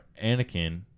Anakin